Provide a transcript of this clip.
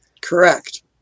Correct